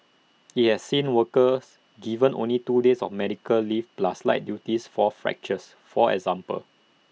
he has seen workers given only two days of medical leave plus light duties for fractures for example